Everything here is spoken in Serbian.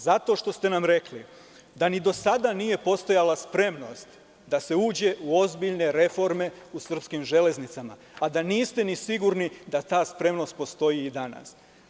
Zato što ste nam rekli da ni do sada nije postojala spremnost da se uđe u ozbiljne reforme u Srpskim železnicama, a da niste ni sigurni da ta spremnost postoji i danas.